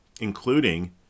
including